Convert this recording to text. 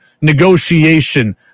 negotiation